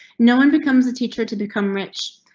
no one becomes a teacher to become rich,